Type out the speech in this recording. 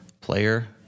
player